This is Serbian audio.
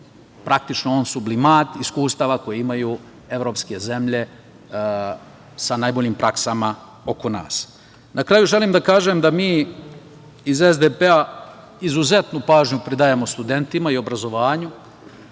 praktično on sublimat iskustava koje imaju evropske zemlje sa najboljim praksama oko nas. Na kraju, želim da kažem da mi iz SDPS izuzetnu pažnju pridajemo studentima i obrazovanju.